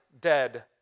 dead